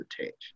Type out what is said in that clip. attached